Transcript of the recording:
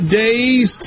days